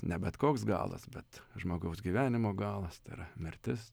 ne bet koks galas bet žmogaus gyvenimo galas tai yra mirtis